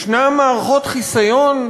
יש מערכות חיסיון,